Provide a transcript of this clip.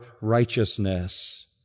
Righteousness